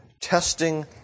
testing